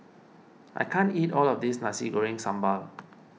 I can't eat all of this Nasi Goreng Sambal